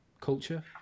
culture